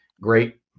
great